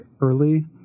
early